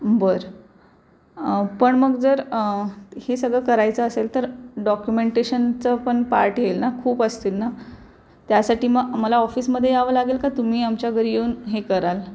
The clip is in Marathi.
बरं पण मग जर हे सगळं करायचं असेल तर डॉक्युमेंटेशनचं पण पार्ट येईल ना खूप असतील ना त्यासाठी मग मला ऑफिसमध्ये यावं लागेल का तुम्ही आमच्या घरी येऊन हे कराल